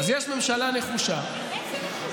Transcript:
אז יש ממשלה נחושה, איזה נחושה?